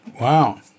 Wow